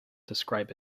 describe